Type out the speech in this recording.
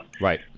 Right